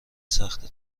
سخته